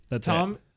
Tom